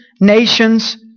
nations